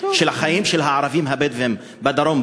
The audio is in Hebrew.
של החיים של הערבים הבדואים בדרום,